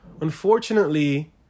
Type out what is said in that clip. unfortunately